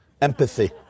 empathy